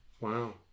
Wow